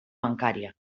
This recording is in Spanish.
bancaria